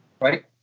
right